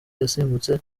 yasimbutse